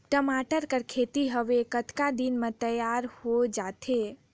टमाटर कर खेती हवे कतका दिन म तियार हो जाथे?